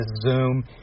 Zoom